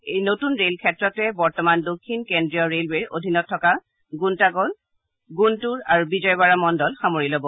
এই নতুন ৰেল ক্ষেত্ৰটোৱে বৰ্তমান দক্ষিণ কেন্দ্ৰীয় ৰেলৱেৰ অধীনত থকা গুণ্টাকল গুণ্টূৰ আৰু বিজয়ৱাড়া মণ্ডল সামৰি লব